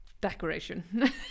decoration